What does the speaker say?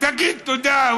תגיד תודה.